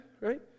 right